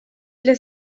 для